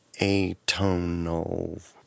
Atonal